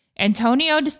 Antonio